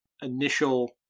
initial